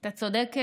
אתה צודק מאוד,